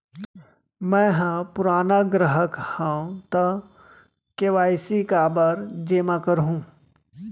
मैं ह पुराना ग्राहक हव त के.वाई.सी काबर जेमा करहुं?